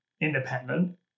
independent